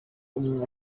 umwe